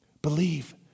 Believe